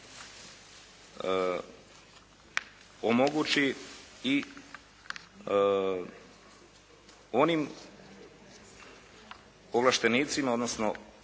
omogući i onim ovlaštenicima odnosno